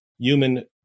Human